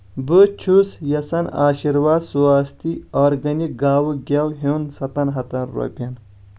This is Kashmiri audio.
بہٕ چھُس یژھان آشِرواد سواستی آرگینِک گاو گٮ۪و ہیوٚن سَتن ہَتن رۄپٮ۪ن